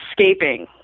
escaping